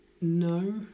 no